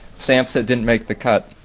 stamps didn't make the cut.